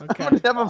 Okay